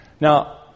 Now